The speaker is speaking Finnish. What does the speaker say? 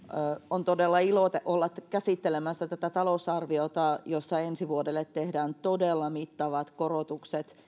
on todella ilo olla käsittelemässä tätä talousarviota jossa ensi vuodelle tehdään todella mittavat korotukset